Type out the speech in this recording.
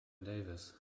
davis